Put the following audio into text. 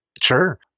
Sure